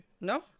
No